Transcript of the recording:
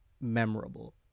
memorable